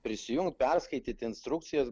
prisijungt perskaityt instrukcijas